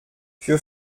für